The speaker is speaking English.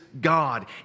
God